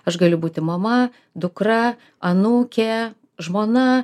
aš galiu būti mama dukra anūkė žmona